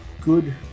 good